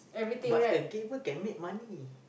but the gamer can make money